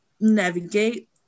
navigate